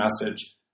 message